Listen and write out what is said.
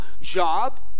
job